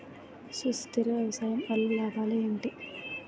సుస్థిర వ్యవసాయం వల్ల లాభాలు ఏంటి?